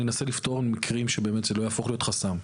ננסה לפתור מקרים שבאמת זה לא יהפוך להיות חסם.